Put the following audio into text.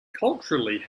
culturally